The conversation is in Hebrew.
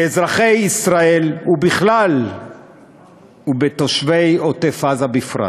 לאזרחי ישראל בכלל ולתושבי עוטף-עזה בפרט